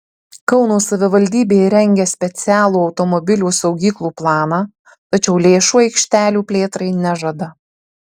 kauno savivaldybė rengia specialų automobilių saugyklų planą tačiau lėšų aikštelių plėtrai nežada